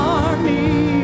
army